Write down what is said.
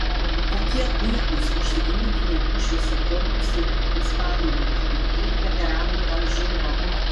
kokie puikūs užsigrūdinę mūšiuose korpusai liko ispanijoje ir kiek veteranų ten žūva